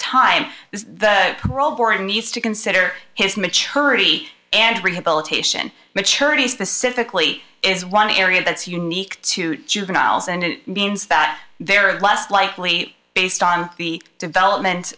born needs to consider his maturity and rehabilitation maturity specifically is one area that's unique to juveniles and means that they are less likely based on the development